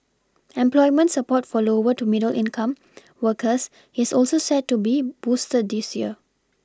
employment support for lower to middle income workers is also set to be boosted this year